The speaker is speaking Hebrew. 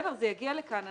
זה יגיע לכאן.